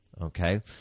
okay